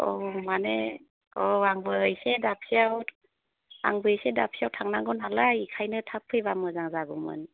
औ माने औ आंबो एसे दाबसियाव आंबो एसे दाबसियाव थांनांगौ नालाय बेखायनो थाब फैबा मोजां जागौमोन